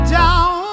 down